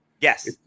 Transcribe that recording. Yes